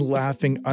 laughing